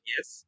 Yes